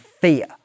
fear